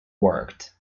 worked